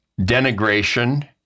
denigration